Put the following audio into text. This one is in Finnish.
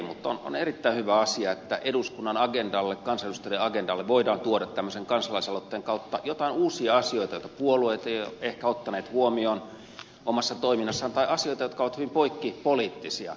mutta on erittäin hyvä asia että eduskunnan agendalle kansanedustajien agendalle voidaan tuoda tällaisen kansalaisaloitteen kautta joitain uusia asioita joita puolueet eivät ehkä ole ottaneet huomioon omassa toiminnassaan tai asioita jotka ovat poikkipoliittisia